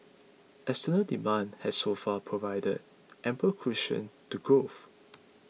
external demand has so far provided ample cushion to growth